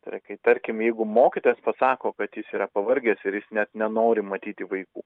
tai yra kai tarkim jeigu mokytojas pasako kad jis yra pavargęs ir jis net nenori matyti vaikų